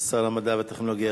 שר המדע והטכנולוגיה,